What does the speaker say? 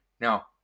now